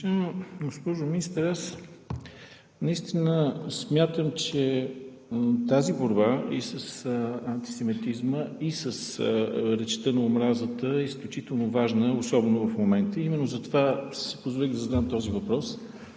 госпожо Министър! Аз наистина смятам, че борбата и с антисемитизма, и с речта на омразата е изключително важна особено в момента. Именно затова си позволих да задам този въпрос.